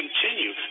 continue